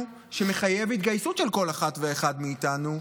ומחייב התגייסות של כל אחד ואחד מאיתנו.